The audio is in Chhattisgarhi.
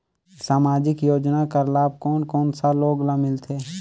समाजिक योजना कर लाभ कोन कोन सा लोग ला मिलथे?